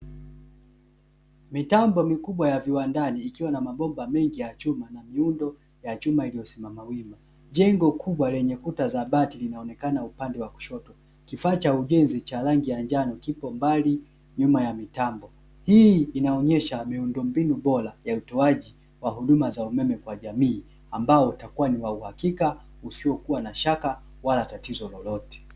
Mitambo mikubwa ya viwandani ikiwa na mabomba mengi ya chuma na miundo ya chuma iliyosimama wima jengo kubwa lenye kuta za bati linaonekana upande wa kushoto, kifaa cha ujenzi cha rangi ya njano kipo mbali nyuma ya mitambo. Hii inaonyesha miundombinu bora ya utoaji wa huduma za umeme kwa jamii ambao utakuwa ni wa uhakika usiyokuwa na shaka wala tatizo lolote.